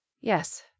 Yes